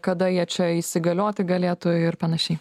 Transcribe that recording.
kada jie čia įsigalioti galėtų ir panašiai